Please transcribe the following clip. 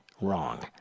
wrong